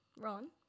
Ron